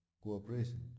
cooperation